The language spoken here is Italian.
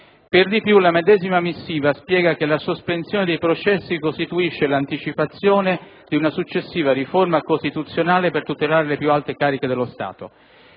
Per di più, la medesima missiva spiega che la sospensione dei processi costituisce l'anticipazione di una successiva riforma costituzionale per tutelare le più alte cariche dello Stato.